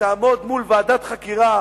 תעמוד מול ועדת חקירה